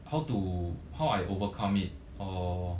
how to how I overcome it or